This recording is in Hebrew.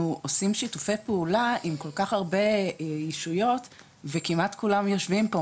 עושים שיתופי פעולה עם כל כך הרבה ישויות וכמעט כולם יושבים פה,